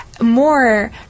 more